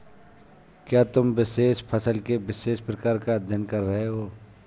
क्या तुम विशेष फसल के विशेष प्रकार का अध्ययन कर रहे हो?